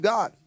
God